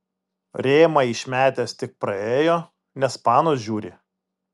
rėmą išmetęs tik praėjo nes panos žiūri